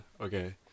Okay